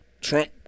Trump